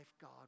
God